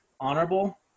honorable